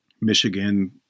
Michigan